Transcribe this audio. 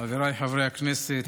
חבריי חברי הכנסת,